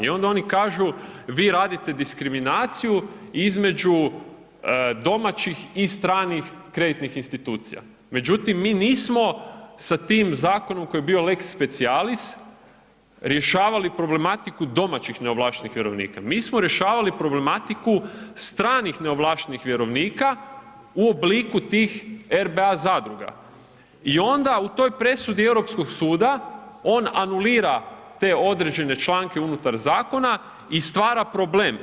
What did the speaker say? I oni kažu, vi radite diskriminaciju između domaćih i stranih kreditnih institucija, međutim, mi nismo sa tim zakonom koji je bio lex specialis, rješavali problematiku domaćih neovlaštenih vjerovnika, mi smo rješavali problematiku stranih neovlaštenih vjerovnika u obliku tih RBA zadruga i onda u toj presudi Europskog suda on anulira te određene članke unutar zakona i stvara problem.